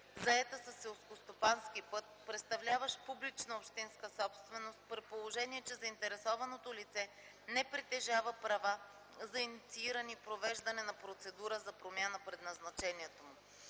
заета със селскостопански път, представляващ публична общинска собственост при положение, че заинтересованото лице не притежава права за иницииране и провеждане на процедура за промяна предназначението му.